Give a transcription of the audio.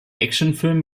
actionfilm